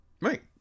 Right